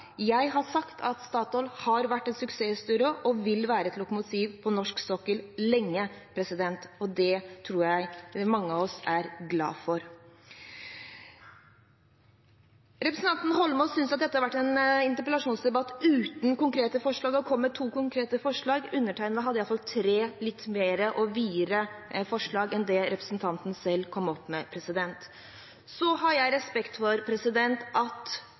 Jeg har sagt at Statoil har vært en suksesshistorie og vil være et lokomotiv på norsk sokkel lenge, og det tror jeg mange av oss er glad for. Representanten Eidsvoll Holmås syntes at dette har vært en interpellasjonsdebatt uten konkrete forslag, og kom med to konkrete forslag. Undertegnede hadde iallfall tre forslag, og videre forslag enn det representanten selv kom opp med. Så har jeg respekt for at statsråd Monica Mæland, næringsministeren, sier at